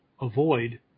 avoid